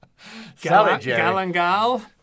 Galangal